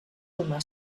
humà